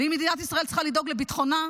ואם מדינת ישראל צריכה לדאוג לביטחונה,